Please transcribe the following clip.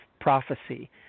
prophecy